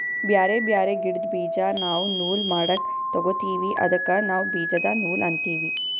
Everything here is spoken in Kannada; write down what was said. ಬ್ಯಾರೆ ಬ್ಯಾರೆ ಗಿಡ್ದ್ ಬೀಜಾ ನಾವ್ ನೂಲ್ ಮಾಡಕ್ ತೊಗೋತೀವಿ ಅದಕ್ಕ ನಾವ್ ಬೀಜದ ನೂಲ್ ಅಂತೀವಿ